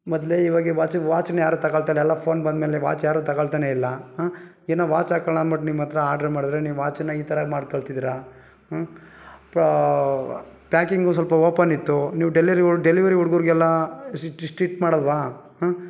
ಮೊದಲೇ ಈವಾಗೆ ವಾಚ್ ವಾಚ್ನ ಯಾರು ತಗೊಳ್ತಾಯಿಲ್ಲ ಎಲ್ಲ ಫೋನ್ ಬಂದಮೇಲೆ ವಾಚ್ ಯಾರು ತಗೊಳ್ತಾನೆಯಿಲ್ಲ ಹಾಂ ಏನೋ ವಾಚ್ ಹಾಕೊಳ್ಳೋಣ ಅಂದ್ಬಿಟ್ಟು ನಿಮ್ಮ ಹತ್ತಿರ ಆರ್ಡರ್ ಮಾಡಿದರೆ ನೀವು ವಾಚನ್ನು ಈ ಥರ ಮಾಡಿ ಕಳ್ಸಿದ್ದೀರ ಹ್ಞೂ ಪ್ಯಾಕಿಂಗು ಸ್ವಲ್ಪ ಓಪನ್ ಇತ್ತು ನೀವು ಡೆಲಿವರಿ ಹು ಡೆಲಿವರಿ ಹುಡ್ಗರಿಗೆಲ್ಲ ಸ್ಟ್ರಿಕ್ಟ್ ಮಾಡಲ್ವಾ ಹ್ಞೂ